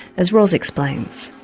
as ros explains.